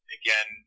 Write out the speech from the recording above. again